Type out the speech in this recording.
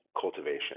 cultivation